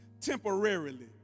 temporarily